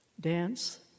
Dance